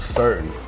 certain